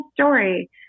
story